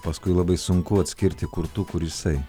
paskui labai sunku atskirti kur tu kur jisai